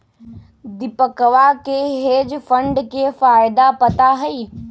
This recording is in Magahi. दीपकवा के हेज फंड के फायदा पता हई